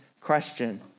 question